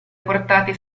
portati